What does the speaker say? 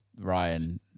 Ryan